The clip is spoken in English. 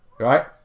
right